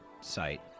site